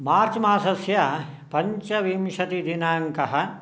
मार्च् मासस्य पञ्चविंशतिदिनाङ्कः